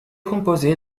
composé